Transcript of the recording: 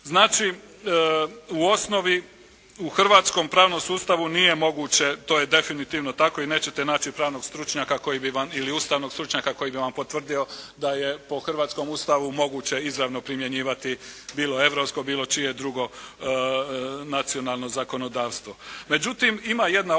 Znači, u osnovi u hrvatskom pravnom sustavu nije moguće, to je definitivno tako i nećete naći pravnog stručnjaka koji bi vam, ili ustavnog stručnjaka koji bi vam potvrdio da je po hrvatskom Ustavu moguće izravno primjenjivati, bilo europsko, bilo čije drugo nacionalno zakonodavstvo.